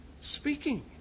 Speaking